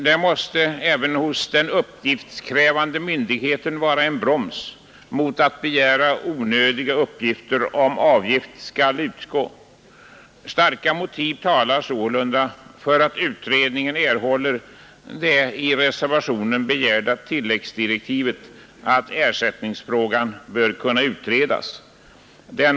Det måste även hos den uppgiftskrävande myndigheten vara en broms mot att begära onödiga uppgifter om avgift skall utgå. Starka motiv talar sålunda för att utredningen erhåller det i reservationen begärda tilläggsdirektivet att ersättningsfrågan bör utredas.